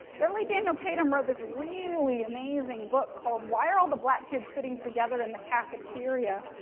beverly daniel tatum wrote this really amazing book called why are all the black kids sitting together in the cafeteria.